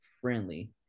friendly